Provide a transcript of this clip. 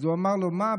אז הוא אמר לו: מה,